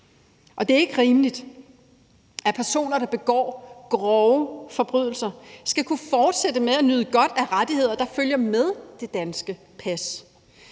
Og det er ikke rimeligt, at personer, der begår grove forbrydelser, skal kunne fortsætte med at nyde godt af rettigheder, der følger med det danske pas.